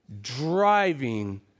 driving